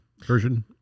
version